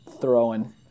throwing